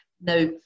Now